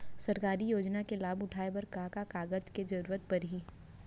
सरकारी योजना के लाभ उठाए बर का का कागज के जरूरत परही